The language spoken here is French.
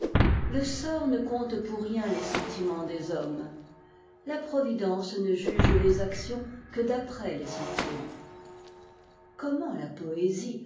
le sort ne compte pour rien les sentiments des hommes la providence ne juge les actions que d'après les sentiments comment la poésie